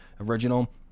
original